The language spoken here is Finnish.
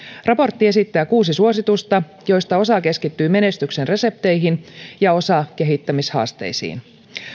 raportti esittää kuusi suositusta joista osa keskittyy menestyksen resepteihin ja osa kehittämishaasteisiin